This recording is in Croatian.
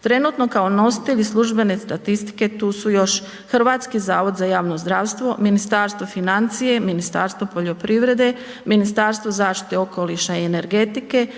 Trenutno kao nositelji službene statistike tu su još HZJZ, Ministarstvo financija, Ministarstvo poljoprivrede, Ministarstvo zaštite okoliša i energetike